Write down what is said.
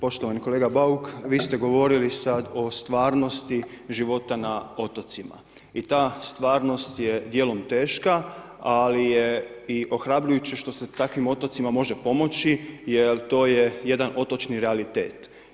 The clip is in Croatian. Poštovani kolega Bauk, vi ste govorili sad o stvarnosti života na otocima i ta stvarnost je dijelom teška, ali je i ohrabrujuće što se takvim otocima može pomoći jer to je jedan otočni realitet.